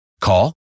Call